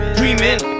dreaming